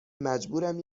مجبورم